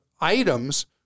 items